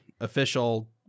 official